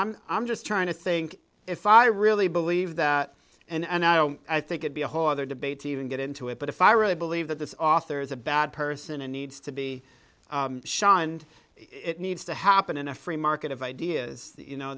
i'm i'm just trying to think if i really believe that and i don't i think would be a whole other debate even get into it but if i really believe that this author is a bad person and needs to be shot and it needs to happen in a free market of ideas you know